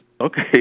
okay